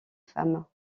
femmes